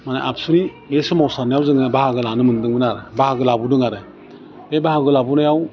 माने आबसुनि बे सोमावसारनायाव जोङो बाहागो लानो मोन्दोंमोन आरो बाहागो लाबोदों आरो बे बाहागो लाबोनायाव